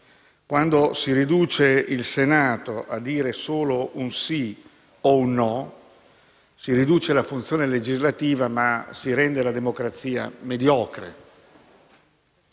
Quando si riduce il Senato a dire solo un «sì» o un «no», non solo si riduce la funzione legislativa, ma si rende la democrazia mediocre.